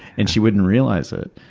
and she wouldn't realize it.